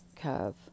curve